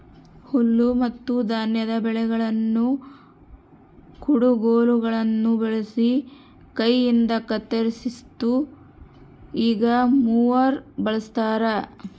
ಹುಲ್ಲುಮತ್ತುಧಾನ್ಯದ ಬೆಳೆಗಳನ್ನು ಕುಡಗೋಲುಗುಳ್ನ ಬಳಸಿ ಕೈಯಿಂದಕತ್ತರಿಸ್ತಿತ್ತು ಈಗ ಮೂವರ್ ಬಳಸ್ತಾರ